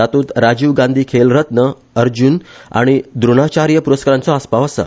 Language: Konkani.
तातुत राजीव गांधी खेल रत्न अर्जुन आनी द्रोणाचार्य पुरस्कारांचो आस्पाव आसा